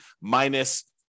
minus